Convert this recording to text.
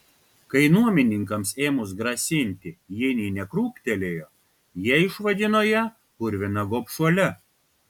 kai nuomininkams ėmus grasinti ji nė nekrūptelėjo jie išvadino ją purvina gobšuole